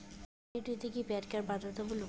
ঋণ নিতে কি প্যান কার্ড বাধ্যতামূলক?